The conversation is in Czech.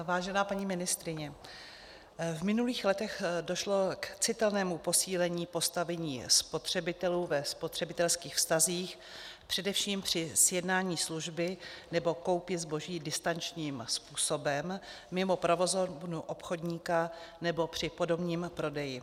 Vážená paní ministryně, v minulých letech došlo k citelnému posílení postavení spotřebitelů ve spotřebitelských vztazích, především při sjednání služby nebo koupě zboží distančním způsobem, mimo provozovnu obchodníka nebo při podomním prodeji.